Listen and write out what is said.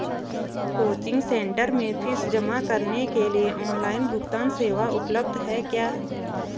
Coaching centre में fees जमा करने के लिए ऑनलाइन भुगतान सेवा उपलब्ध है क्या?